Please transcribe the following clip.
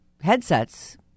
headsets